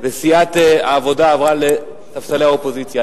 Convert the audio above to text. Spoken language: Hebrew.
וסיעת העבודה עברה לספסלי האופוזיציה.